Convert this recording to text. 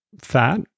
fat